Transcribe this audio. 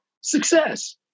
Success